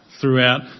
Throughout